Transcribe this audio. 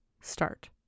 start